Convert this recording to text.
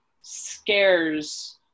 scares